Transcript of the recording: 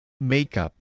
makeup